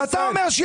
אתה מוציא